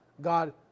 God